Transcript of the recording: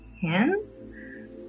hands